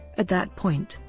at that point,